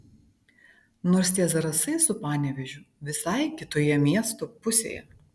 nors tie zarasai su panevėžiu visai kitoje miesto pusėje